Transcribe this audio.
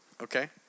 Okay